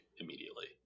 immediately